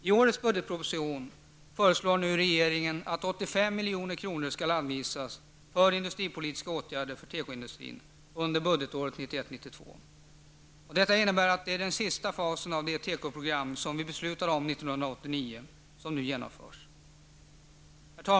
I årets budgetproposition föreslår regeringen att 85 milj.kr. skall anvisas för industripolitiska åtgärder för tekoindustrin under budgetåret 1991/92. Detta innebär att den sista fasen av det tekoprogram som vi beslutade om 1989 nu genomförs.